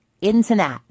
internet